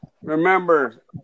Remember